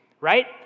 right